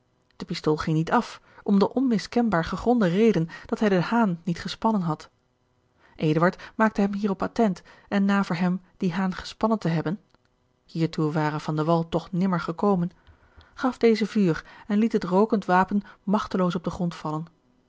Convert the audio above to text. de pistool ging niet af om de onmiskenbaar gegronde reden dat hij den haan niet gespannen had eduard maakte hem hierop attent en na voor hem dien haan gespannen te hebben hiertoe ware van de wall toch nimmer gekomen gaf deze vuur en liet het rookend wapen magteloos op den grond vallen